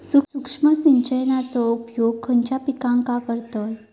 सूक्ष्म सिंचनाचो उपयोग खयच्या पिकांका करतत?